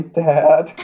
dad